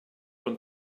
und